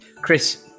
chris